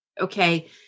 Okay